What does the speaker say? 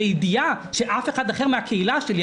בידיעה שאף אחד אחר מן הקהילה שלי,